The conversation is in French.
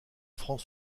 franc